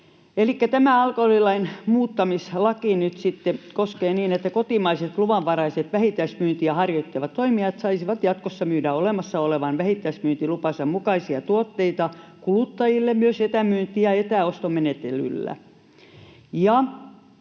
tämä alkoholilain muuttamislaki koskee nyt sitä, että kotimaiset luvanvaraiset vähittäismyyntiä harjoittavat toimijat saisivat jatkossa myydä olemassa olevan vähittäismyyntilupansa mukaisia tuotteita kuluttajille myös etämyynti- ja etäostomenettelyllä.